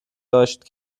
داشت